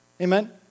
Amen